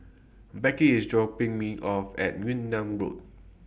Becky IS dropping Me off At Yunnan Road